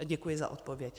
Děkuji za odpověď.